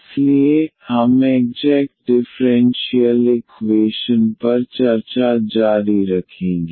इसलिए हम exact differential equation पर चर्चा जारी रखेंगे